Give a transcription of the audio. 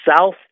South